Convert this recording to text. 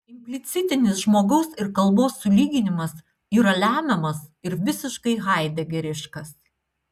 implicitinis žmogaus ir kalbos sulyginimas yra lemiamas ir visiškai haidegeriškas